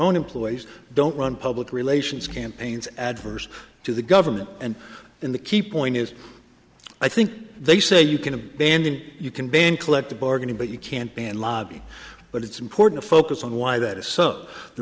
own employees don't run public relations campaigns adverse to the government and in the key point is i think they say you can abandon you can ban collective bargaining but you can't ban lobby but it's important to focus on why that is so the